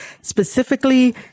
specifically